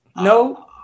No